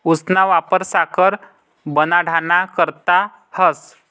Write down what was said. ऊसना वापर साखर बनाडाना करता व्हस